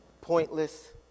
pointless